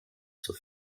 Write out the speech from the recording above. zur